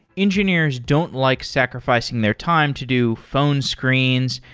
engineers don't like sacrificing their time to do phone screens,